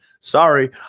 Sorry